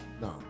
No